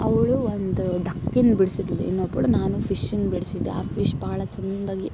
ಅವಳು ಒಂದು ಡಕ್ಕನ್ ಬಿಡ್ಸಿದ್ದಳು ಇನ್ನೊಬ್ಬಳು ನಾನು ಫಿಶನ್ನ ಬಿಡ್ಸಿದ್ದೆ ಆ ಫಿಶ್ ಭಾಳ ಚಂದಾಗಿ